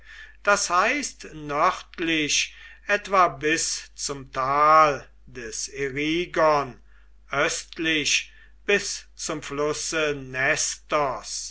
das heißt nördlich etwa bis zum tal des erigon östlich bis zum flusse nestos